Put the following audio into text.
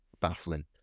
baffling